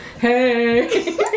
Hey